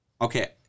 Okay